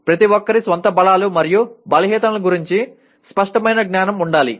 ప్రతి ఒక్కరి సొంత బలాలు మరియు బలహీనతల గురించి స్పష్టమైన జ్ఞానం ఉండాలి